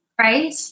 right